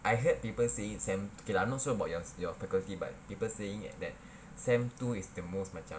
I heard people saying sem okay lah I'm not sure about your your faculty but people saying that sem two is the most macam